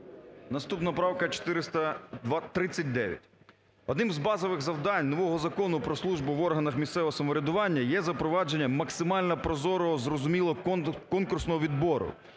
Наступна правка – 439. Одним з базових завдань нового Закону про службу в органах місцевого самоврядування є запровадження максимально прозорого, зрозумілого конкурсного відбору,